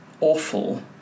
awful